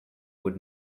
would